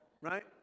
Right